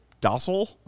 docile